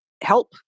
help